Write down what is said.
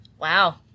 Wow